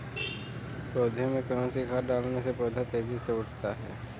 पौधे में कौन सी खाद डालने से पौधा तेजी से बढ़ता है?